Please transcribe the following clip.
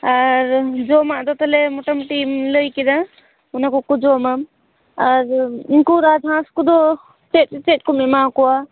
ᱟᱨ ᱡᱚᱢᱟᱜ ᱫᱚ ᱛᱟᱦᱚᱞᱮ ᱢᱚᱴᱟᱢᱩᱴᱤᱢ ᱞᱟᱹᱭ ᱠᱮᱫᱟ ᱚᱱᱟ ᱠᱚ ᱠᱚ ᱡᱚᱢᱟ ᱟᱨ ᱩᱱᱠᱩ ᱨᱟᱡᱽ ᱦᱟᱸᱥ ᱠᱚᱫᱚ ᱪᱮᱫ ᱪᱮᱫ ᱠᱚᱢ ᱮᱢᱟ ᱟᱠᱚᱣᱟ